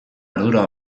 ardura